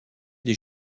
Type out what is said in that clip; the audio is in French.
des